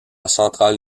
centrale